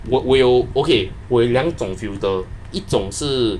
okay 我我我有两种 filter 一种是